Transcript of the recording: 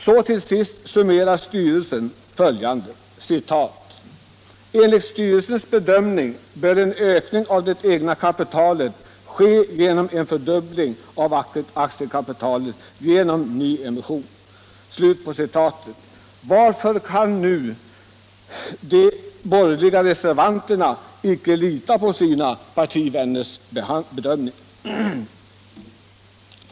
Styrelsen summerar till sist: ”Enligt styrelsens bedömning bör en ökning av det egna kapitalet ske genom en fördubbling av aktiekapitalet genom nyemission.” Varför kan nu de borgerliga reservanterna icke lita på sina partivänners bedömning?